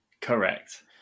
Correct